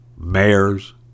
mayors